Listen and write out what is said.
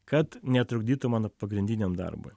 kad netrukdytų mano pagrindiniam darbui